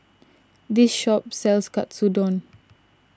this shop sells Katsudon